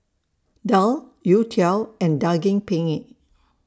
Daal Youtiao and Daging Penyet